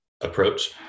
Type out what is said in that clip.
approach